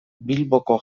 bilboko